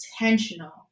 intentional